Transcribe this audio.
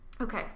Okay